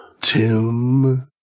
Tim